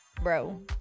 Bro